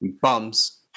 Bums